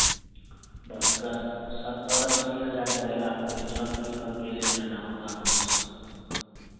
बस का सत्तर अस्सी हज़ार पड़ेगा आपको रिज़र्व भी करके ले जाना होगा बस